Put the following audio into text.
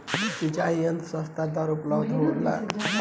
सिंचाई यंत्र सस्ता दर में उपलब्ध होला कि न?